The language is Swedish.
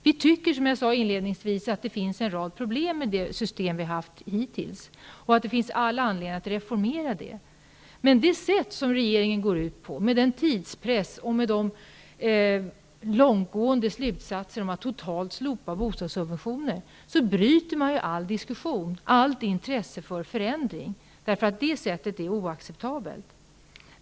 Vi tycker, som jag sade inledningsvis, att det finns en rad problem med det system som vi har haft hittills och att det finns all anledning att reformera det. Men det sätt som regeringen använder -- tidspressen och långtgående slutsatser om att totalt slopa bostadssubventionerna -- tar man ju bort all diskussion och allt intresse för förändring. Detta sätt är oacceptabelt.